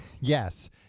yes